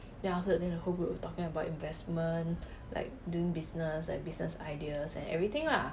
ya then after that the whole group was talking about investment like doing business like business ideas and everything lah